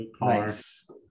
nice